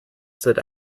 said